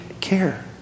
care